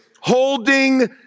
holding